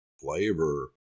flavor